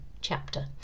chapter